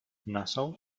nassau